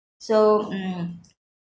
so mm